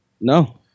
No